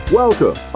welcome